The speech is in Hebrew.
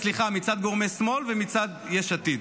סליחה, מצד גורמי שמאל ומצד יש עתיד.